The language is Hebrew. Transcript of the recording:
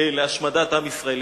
להשמדת עם ישראל.